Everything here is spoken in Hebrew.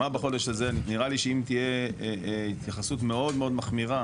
נראה לי שאם תהיה התייחסות מאוד מחמירה